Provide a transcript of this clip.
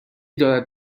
دارد